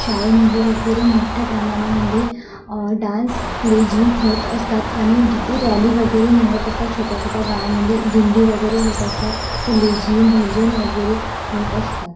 शाळेमध्ये वगैरे मोठ्या प्रमाणामध्ये डान्स लेझीम होत असतात आणि जिथे रॅली वगैरे निघत असतात छोट्या छोट्या गावामध्ये दिंडी वगैरे होत असतात त लेझीम भजन वगैरे होत असतात